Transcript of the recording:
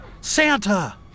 Santa